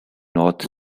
north